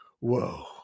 Whoa